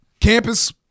Campus